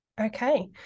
Okay